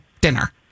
dinner